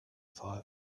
thought